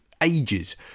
ages